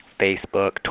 Facebook